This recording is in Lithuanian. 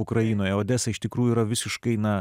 ukrainoje odesoje iš tikrųjų yra visiškai ne